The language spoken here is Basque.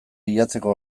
bilatzeko